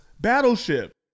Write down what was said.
Battleship